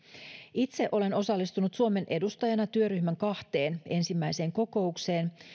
itse olen osallistunut suomen edustajana työryhmän kahteen ensimmäiseen kokoukseen